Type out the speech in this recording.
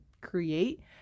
create